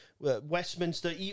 Westminster